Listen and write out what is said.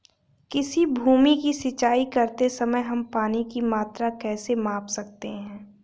किसी भूमि की सिंचाई करते समय हम पानी की मात्रा कैसे माप सकते हैं?